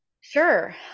Sure